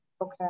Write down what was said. Okay